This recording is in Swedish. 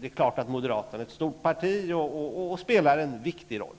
Det är klart att moderaterna representerar ett stort parti och spelar en viktig roll.